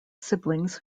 siblings